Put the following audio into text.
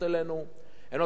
הם לא צריכים לדבר אתנו,